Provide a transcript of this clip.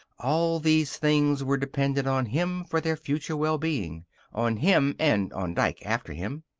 all these things were dependent on him for their future well-being on him and on dike after him.